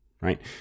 right